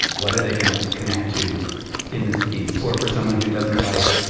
what are they going to connect to in this piece or for someone who doesn't like,